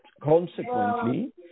consequently